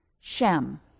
Shem